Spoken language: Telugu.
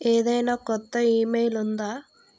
ఏదైనా కొత్త ఇమెయిల్ ఉందా